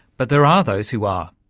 but there are those who are.